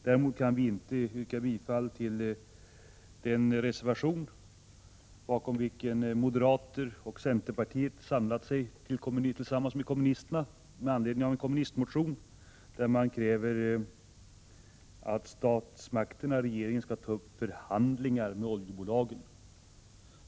Vi kan inte yrka bifall till den reservation bakom vilken moderater och centerpartister slutit upp tillsammans med kommunisterna, med anledning av en kommunistmotion, där det krävs att statsmakterna och regeringen skall ta upp förhandlingar med oljebolagen.